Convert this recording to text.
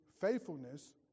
faithfulness